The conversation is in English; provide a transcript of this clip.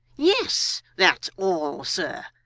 yes, that's all, sir.